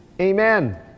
amen